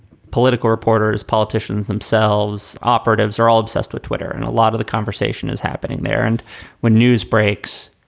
political reporters, politicians themselves, operatives are all obsessed with twitter. and a lot of the conversation is happening there. and when news breaks,